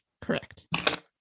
Correct